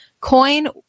Coin